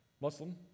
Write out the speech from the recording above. Muslim